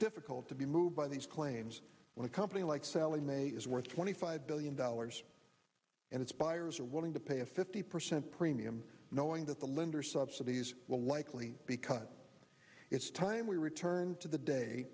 difficult to be moved by these claims when a company like sallie mae is worth twenty five billion dollars and its buyers are willing to pay a fifty percent premium knowing that the lender subsidies will likely because it's time we return to the day